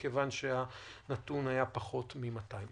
מכיוון שהנתון היה פחות מ-200.